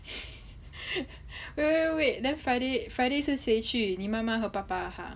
wait wait wait wait then friday friday 是谁去你妈妈和爸爸 !huh!